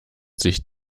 sich